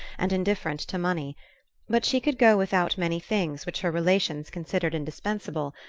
and indifferent to money but she could go without many things which her relations considered indispensable,